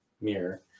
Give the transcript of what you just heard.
mirror